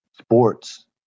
sports